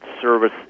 service